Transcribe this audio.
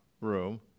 room